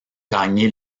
gagné